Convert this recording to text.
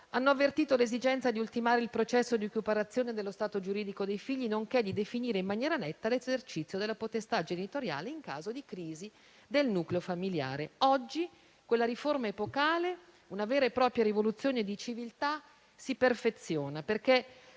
diritto avvertivano l'esigenza di ultimare il processo di equiparazione dello stato giuridico dei figli, nonché di definire in maniera netta l'esercizio della potestà genitoriale in caso di crisi del nucleo familiare. Oggi quella riforma epocale, una vera e propria rivoluzione di civiltà, si perfeziona.